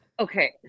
Okay